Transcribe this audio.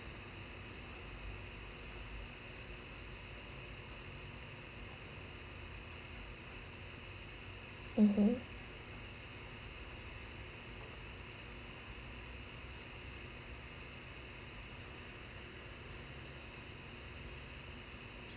(uh huh)